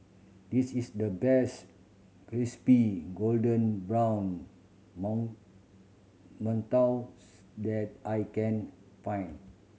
this is the best crispy golden brown mantous that I can find